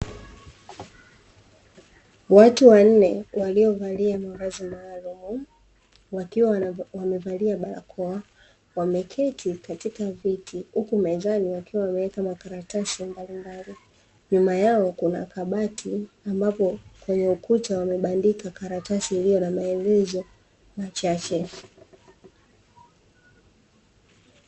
Watu wanne waliovalia mavazi maalum wakiwa wamevalia barakoa wameketi katika viti huku mezani wakiwa wameweka makaratasi mbalimbali nyuma yao kuna kabati ambapo kwenye ukuta wamebandika karatasi iliyo na maelezo machache.